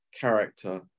character